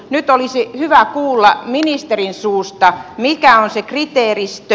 nyt olisi hyvä kuulla ministerin suusta mikä on se kriteeristö